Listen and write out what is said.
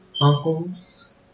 uncles